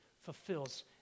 fulfills